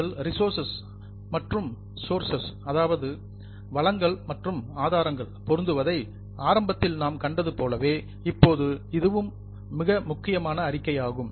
உங்கள் ரிசோர்சஸ் வளங்கள் மற்றும் சோர்சஸ் ஆதாரங்கள் பொருந்துவதை ஆரம்பத்தில் நாம் கண்டது போலவே இப்போது இதுவும் மிக முக்கியமான அறிக்கை ஆகும்